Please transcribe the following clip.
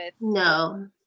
No